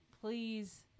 please